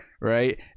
right